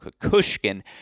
Kukushkin